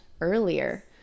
earlier